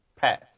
pass